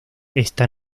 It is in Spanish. esta